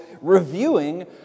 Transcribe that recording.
reviewing